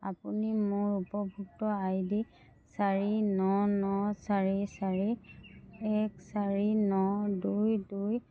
আপুনি মোৰ উপভোক্তা আইডি চাৰি ন ন চাৰি চাৰি এক চাৰি ন দুই দুই